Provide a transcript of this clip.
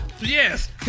yes